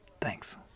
Thanks